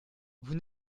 vous